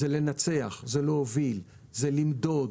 זה לנצח, זה להוביל, זה למדוד.